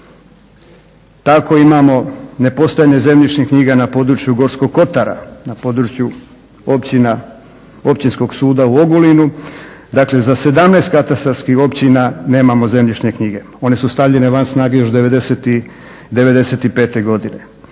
Tako imamo nepostajanje zemljišnih knjiga na području Gorskog kotara, no području općina, Općinskog suda u Ogulinu. Dakle, za 17 katastarskih općina nemamo zemljišne knjige. One su stavljene van snage još 95. godine.